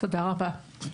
תודה רבה.